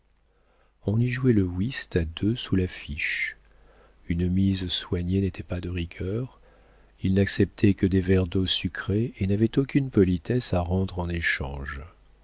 on y jouait le whist à deux sous la fiche une mise soignée n'était pas de rigueur il n'acceptait que des verres d'eau sucrée et n'avait aucune politesse à rendre en échange